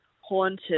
haunted